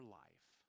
life